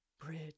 Bridge